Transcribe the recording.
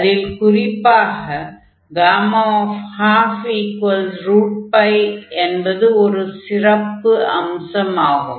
அதில் குறிப்பாக Γ12 என்பது ஒரு சிறப்பு அம்சம் ஆகும்